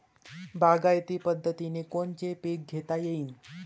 बागायती पद्धतीनं कोनचे पीक घेता येईन?